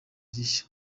gishya